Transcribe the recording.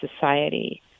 society